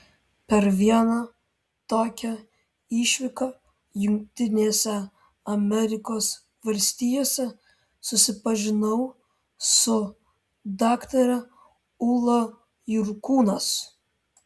per vieną tokią išvyką jungtinėse amerikos valstijose susipažinau su daktare ūla jurkūnas